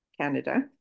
Canada